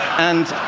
and